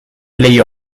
play